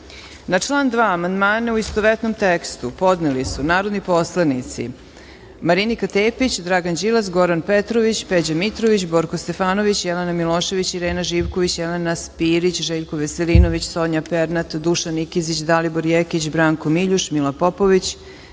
član 2. amandmane u istovetnom tekstu podneli su narodni poslanici Marinika Tepić, Dragan Đilas, Goran Petrović, Peđa Mitrović, Borko Stefanović, Jelena Milošević, Irena Živković, Jelena Spirić, Željko Veselinović, Sonja Pernat, Dušan Nikezić, Dalibor Jekić, Branko Miljuš, Mila Popović,